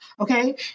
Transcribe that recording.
Okay